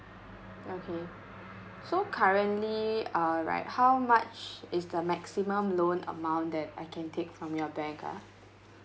okay so currently uh right how much is the maximum loan amount that I can take from your bank ah